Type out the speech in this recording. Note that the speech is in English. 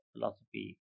philosophy